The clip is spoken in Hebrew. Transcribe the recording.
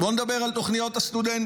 בואו נדבר על תוכניות הסטודנטים.